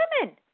women